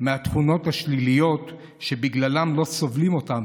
מהתכונות השליליות שבגללם לא סובלים אותם,